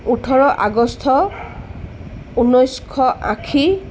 ওঁঠৰ আগষ্ট ঊনৈছশ আশী